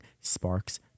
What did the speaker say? sparks